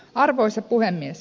arvoisa puhemies